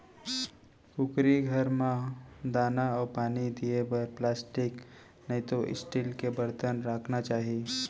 कुकरी घर म दाना अउ पानी दिये बर प्लास्टिक नइतो स्टील के बरतन राखना चाही